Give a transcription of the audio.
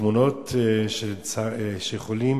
לתמונות שיכולות